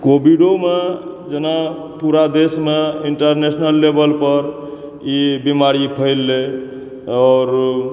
कोविडोमे जेना पूरा देश मे इंटरनैशनल लेवल पर इ बीमारी फैललै आओर